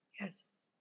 yes